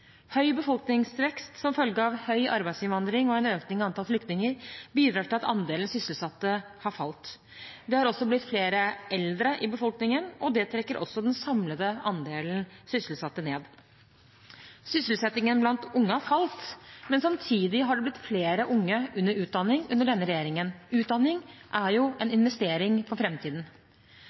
Høy befolkningsvekst som følge av høy arbeidsinnvandring og en økning i antall flyktninger bidrar til at andelen sysselsatte har falt. Det har også blitt flere eldre i befolkningen, og det trekker også den samlede andelen sysselsatte ned. Sysselsettingen blant unge har falt, men samtidig har det blitt flere unge under utdanning under denne regjeringen. Utdanning er en investering for